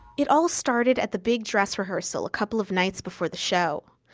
it all started at the big dress rehearsal a couple of nights before the show.